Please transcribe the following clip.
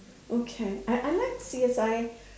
okay I I like C_S_I